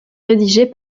rédigé